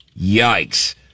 Yikes